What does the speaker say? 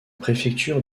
préfecture